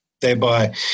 thereby